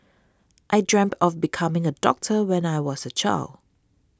I dreamt of becoming a doctor when I was a child